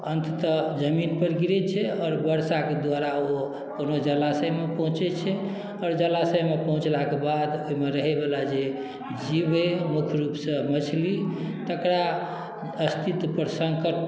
अन्ततः जमीनपर गिरैत छै आओर वर्षाके द्वारा ओ कोनो जलाशयमे पहुँचैत छै आओर जलाशयमे पहुँचलाक बाद ओहिमे रहैवला जे जीव अइ मुख्य रूपसँ मछली तकरा अस्तित्वपर सङ्कट